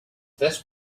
this